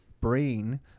brain